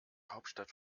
hauptstadt